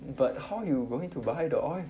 but how you going to buy the oil